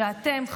ואתם,